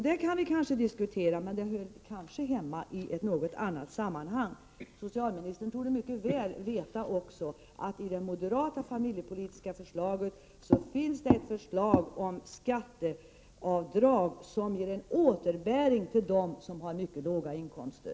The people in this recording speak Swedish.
Detta kanske vi kan diskutera i ett annat sammanhang. Socialministern torde också mycket väl veta att det i det moderata familjepolitiska programmet finns ett förslag om skatteavdrag som återbäring för dem som har mycket låga inkomster.